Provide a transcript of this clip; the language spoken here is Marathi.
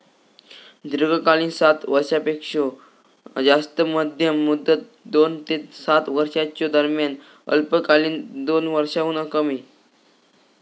दीर्घकालीन सात वर्षांपेक्षो जास्त, मध्यम मुदत दोन ते सात वर्षांच्यो दरम्यान, अल्पकालीन दोन वर्षांहुन कमी